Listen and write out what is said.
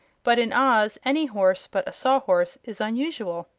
but in oz any horse but a sawhorse is unusual.